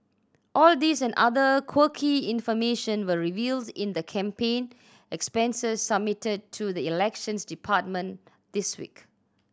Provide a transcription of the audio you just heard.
all these and other quirky information were revealed in the campaign expenses submitted to the Elections Department this week